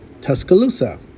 Tuscaloosa